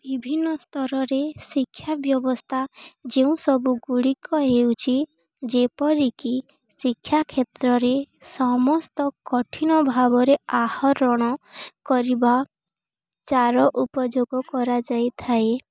ବିଭିନ୍ନ ସ୍ତରରେ ଶିକ୍ଷା ବ୍ୟବସ୍ଥା ଯେଉଁ ସବୁ ଗୁଡ଼ିକ ହେଉଛି ଯେପରିକି ଶିକ୍ଷା କ୍ଷେତ୍ରରେ ସମସ୍ତ କଠିନ ଭାବରେ ଆହରଣ କରିବା ତାର ଉପଯୋଗ କରାଯାଇଥାଏ